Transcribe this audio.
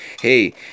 Hey